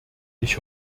ich